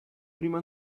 prima